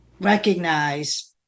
recognize